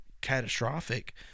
catastrophic